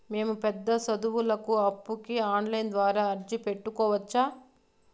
మేము పెద్ద సదువులకు అప్పుకి ఆన్లైన్ ద్వారా అర్జీ పెట్టుకోవచ్చా?